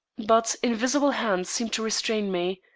but invisible hands seemed to restrain me.